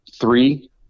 three